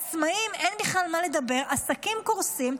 עצמאים, אין בכלל מה לדבר, עסקים קורסים.